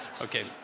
Okay